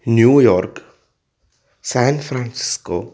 New York San Francisco